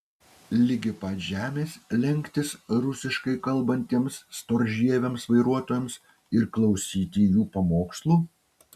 ligi pat žemės lenktis rusiškai kalbantiems storžieviams vairuotojams ir klausyti jų pamokslų